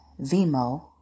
Vimo